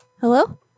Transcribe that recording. Hello